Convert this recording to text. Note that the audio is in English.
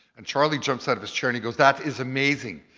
and charlie jumps out of his chair and he goes, that is amazing.